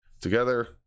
together